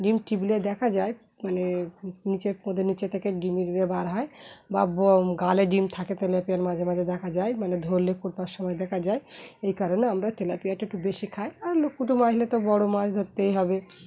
ডিম টিপলে দেখা যায় মানে নিচের মধ্যে নিচে থেকে ডিম বার হয় বা গালে ডিম থাকে তেলাপিয়ার মাঝে মাঝে দেখা যায় মানে ধরলে কুটপার সময় দেখা যায় এই কারণে আমরা তেলাপিয়াটা একটু বেশি খাই আর লুকুটু মাছ নিয়ে তো বড়ো মাছ ধরতেই হবে